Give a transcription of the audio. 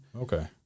Okay